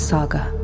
Saga